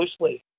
loosely